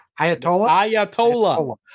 Ayatollah